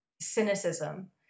cynicism